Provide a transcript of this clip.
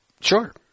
Sure